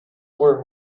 were